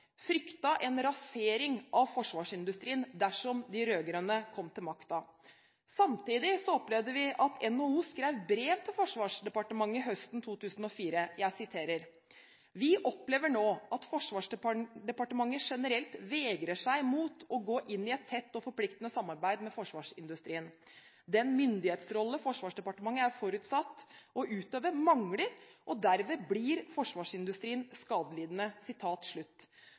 fryktet en rasering av forsvarsindustrien dersom de rød-grønne kom til makten. Samtidig skrev NHO brev til Forsvarsdepartementet høsten 2004. Der sto det: «Vi opplever nå at FD generelt vegrer seg mot å gå inn i et tett og forpliktende samarbeid med forsvarsindustrien. Den myndighetsrolle FD er forutsatt å utøve, mangler, og derved blir forsvarsindustrien skadelidende.»